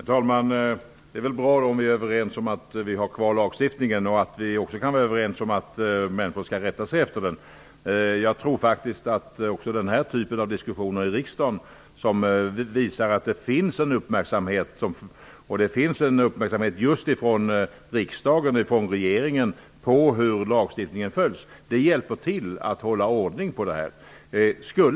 Herr talman! Det är bra att vi är överens om att ha kvar lagstiftningen. Vi är också överens om att människor skall rätta sig efter den. Den här typen av diskussioner i riksdagen visar att det finns en uppmärksamhet från riksdagen och regeringen på hur lagstiftningen följs. Det hjälper till att hålla ordning på detta område.